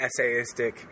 essayistic